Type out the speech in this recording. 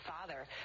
father